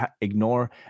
ignore